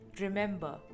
remember